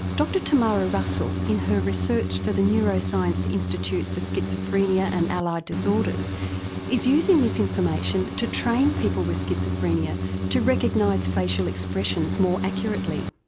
dr tamara russell in her research for the neuroscience institute of schizophrenia and allied disorders is using this information to train people with schizophrenia to recognise facial expressions more accurately.